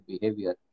behavior